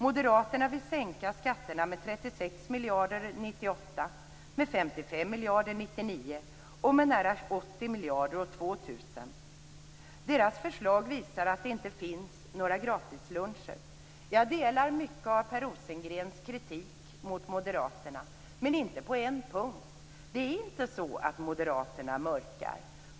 Moderaterna vill sänka skatterna med 36 miljarder år 1998, med 55 miljarder år 1999 och med nära 80 miljarder år 2000. Deras förslag visar att det inte finns några gratisluncher. Jag delar mycket av Per Rosengrens kritik mot Moderaterna - men inte på en punkt. Det är inte så att Moderaterna mörkar.